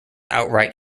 outright